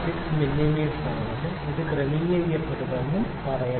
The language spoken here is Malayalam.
6 മില്ലീമീറ്ററാണെന്നും ഇത് ക്രമീകരിക്കാമെന്നും പറയുന്നു